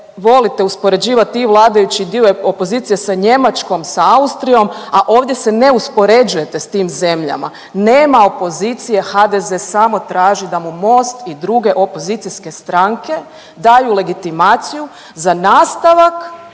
volite uspoređivati i vladajući i dio opozicije sa Njemačkom, sa Austrijom, a ovdje se ne uspoređujete sa tim zemljama. Nema opozicije HDZ samo traži da mu MOST i druge opozicijske strane daju legitimaciju za nastavak